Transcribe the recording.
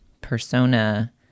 persona